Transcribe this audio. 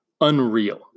unreal